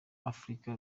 africa